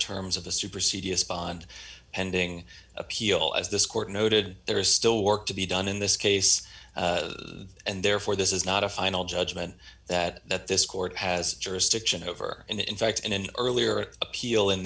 terms of the super c d s bond pending appeal as this court noted there is still work to be done in this case and therefore this is not a final judgment that that this court has jurisdiction over and in fact in an earlier appeal in